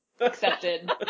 accepted